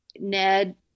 ned